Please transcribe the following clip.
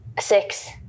Six